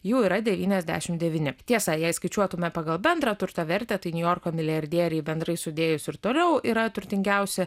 jų yra devyniasdešimt devyni tiesa jei skaičiuotumėme pagal bendrą turto vertę tai niujorko milijardieriai bendrai sudėjus ir toliau yra turtingiausi